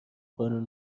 قانون